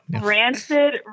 rancid